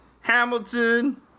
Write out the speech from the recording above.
Hamilton